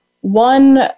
one